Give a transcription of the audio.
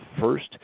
first